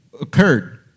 occurred